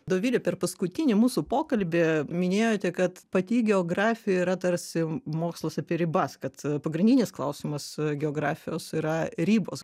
dovile per paskutinį mūsų pokalbį minėjote kad pati geografija yra tarsi mokslas apie ribas kad pagrindinis klausimas geografijos yra ribos